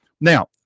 Now